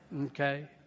Okay